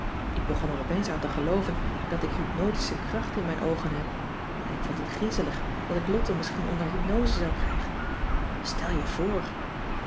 ik begon er op eens aan te gelooven dat ik hypnotische kracht in mijn oogen heb en ik vond het griezelig dat ik lotte misschien onder hypnose zou krijgen stel je voor